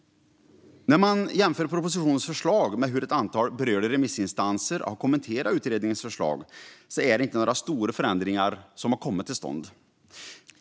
När man jämför propositionens förslag med hur ett antal berörda remissinstanser har kommenterat utredningens förslag är det inte några stora förändringar som har kommit till stånd.